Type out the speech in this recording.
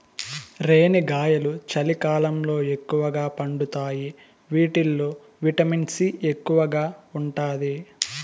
రేణిగాయాలు చలికాలంలో ఎక్కువగా పండుతాయి వీటిల్లో విటమిన్ సి ఎక్కువగా ఉంటాది